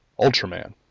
Ultraman